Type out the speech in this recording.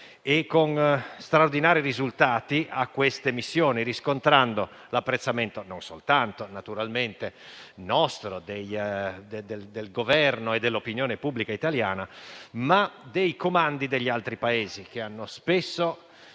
e con straordinari risultati a queste missioni, riscontrando l'apprezzamento non soltanto nostro, del Governo e dell'opinione pubblica italiana, ma dei comandi degli altri Paesi che spesso